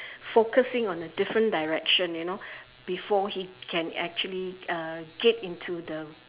focusing on a different direction you know before he can actually uh get into the